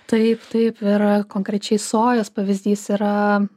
taip taip yra konkrečiai sojos pavyzdys yra